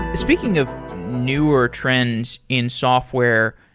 speaking of newer trends in software,